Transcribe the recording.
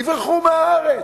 יברחו מהארץ.